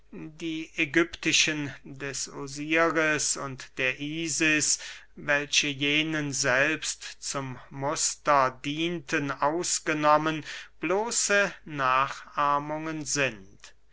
die ägyptischen des osiris und der isis welche jenen selbst zum muster dienten ausgenommen bloße nachahmungen sind